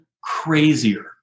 crazier